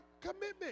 Commitment